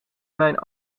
mijn